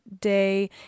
day